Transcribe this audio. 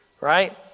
right